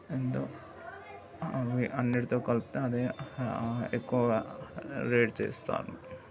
ఎంతో అవి అన్నింటితో కలిపితే అదే ఎక్కువగా రేట్ చేస్తాను